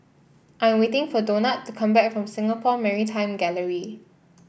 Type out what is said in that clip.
I am waiting for Donat to come back from Singapore Maritime Gallery